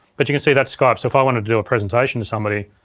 but you can see that's skype, so if i wanted to do a presentation to somebody,